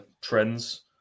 trends